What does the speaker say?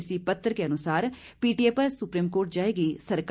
इसी पत्र के अनुसार पीटीए पर सुप्रीम कोर्ट जाएगी सरकार